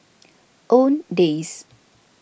Owndays